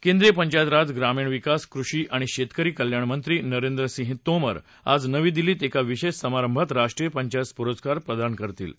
केन्द्रवि पंचायत राज ग्रामवि विकास कृषि आणि शेतकर केल्याण मंत्र वैरेंद्र सिंह तोमर आज नवा दिल्लति एका विशेष समारंभात राष्ट्रूत्र पंचायत पुरस्कार प्रदान करतव्रि